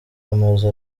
amazu